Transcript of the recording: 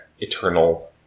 eternal